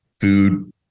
food